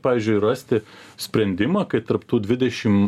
pavyzdžiui rasti sprendimą kai tarp tų dvidešim